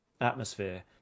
atmosphere